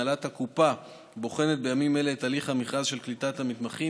הנהלת הקופה בוחנת בימים אלה את הליך המכרז של קליטת מתמחים,